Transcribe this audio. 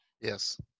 Yes